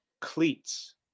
cleats